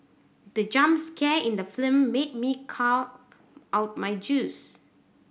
the jump scare in the film made me cough out my juice